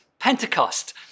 Pentecost